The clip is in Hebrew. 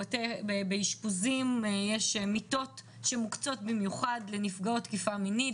באישפוזים יש מיטות שמוקצות במיוחד לנפגעות תקיפה מינית,